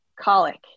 colic